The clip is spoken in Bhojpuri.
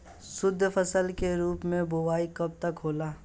शुद्धफसल के रूप में बुआई कब तक होला?